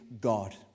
God